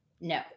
No